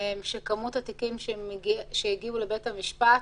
שכמות התיקים שהגיעו לבית המשפט